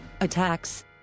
attacks